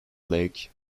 lake